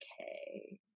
okay